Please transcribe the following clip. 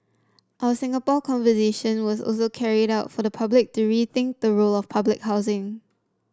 our Singapore Conversation was also carried out for the public to rethink the role of public housing